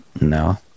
no